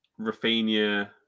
Rafinha